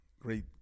great